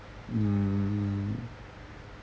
mm